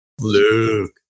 Luke